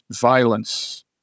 violence